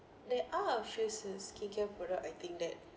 they are a few skin skincare product I think that